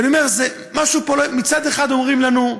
ואני אומר, משהו פה לא, מצד אחד אומרים לנו: